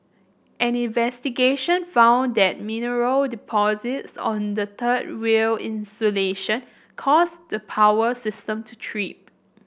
an investigation found that mineral deposits on the third rail insulation caused the power system to trip